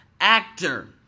actor